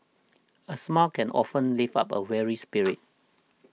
a smile can often lift up a weary spirit